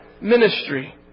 ministry